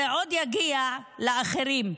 זה עוד יגיע לאחרים.